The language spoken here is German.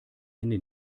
hände